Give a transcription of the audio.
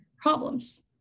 problems